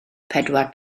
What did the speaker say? pedwar